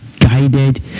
Guided